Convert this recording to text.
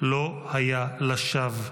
לא היה לשווא,